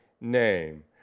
name